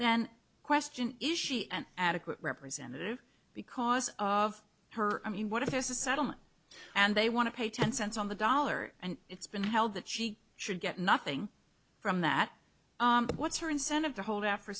then question is she an adequate representative because of her i mean what if this is a settlement and they want to pay ten cents on the dollar and it's been held that she should get nothing from that but what's her incentive to hold